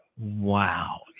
Wow